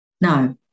No